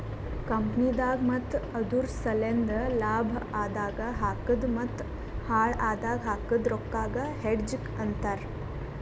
ಕಂಪನಿದಾಗ್ ಮತ್ತ ಅದುರ್ ಸಲೆಂದ್ ಲಾಭ ಆದಾಗ್ ಹಾಕದ್ ಮತ್ತ ಹಾಳ್ ಆದಾಗ್ ಹಾಕದ್ ರೊಕ್ಕಾಗ ಹೆಡ್ಜ್ ಅಂತರ್